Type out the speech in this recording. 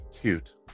Cute